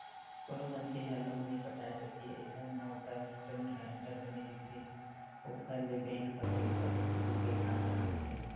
कोनो मनखे ह लोन नइ पटाय सकही अइसन म ओखर जउन गारंटर बने रहिथे ओखर ले बेंक ह पइसा वसूली के काम ल करथे